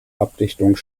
abdichtung